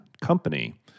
company